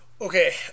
Okay